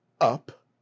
up